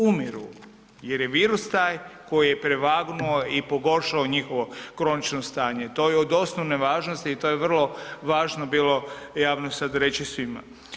Umiru jer je virus taj koji je prevagnuo i pogoršao njihovo kronično stanje, to je od osnovne važnosti i to je vrlo važno bilo javno sada reći svima.